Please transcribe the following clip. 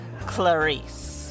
Clarice